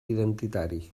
identitari